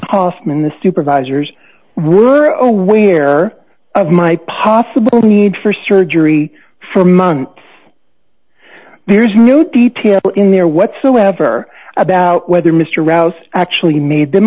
hofmann the supervisors were aware of my possible need for surgery for months there's no detail in there whatsoever about whether mr rouse actually made them